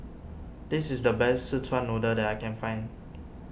this is the best Szechuan Noodle that I can find